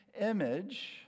image